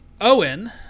Owen